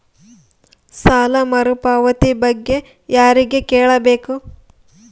ಸಾಲ ಮರುಪಾವತಿ ಬಗ್ಗೆ ಯಾರಿಗೆ ಕೇಳಬೇಕು?